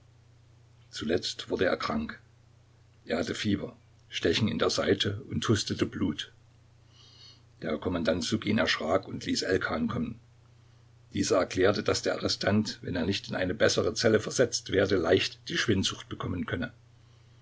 zuletzt wurde er krank er hatte fieber stechen in der seite und hustete blut der kommandant ssukin erschrak und ließ elkan kommen dieser erklärte daß der arrestant wenn er nicht in eine bessere zelle versetzt werde leicht die schwindsucht bekommen könne